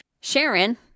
Sharon